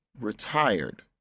retired